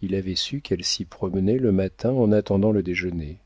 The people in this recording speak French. il avait su qu'elle s'y promenait le matin en attendant le déjeuner